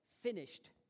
finished